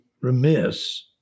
remiss